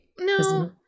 No